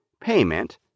payment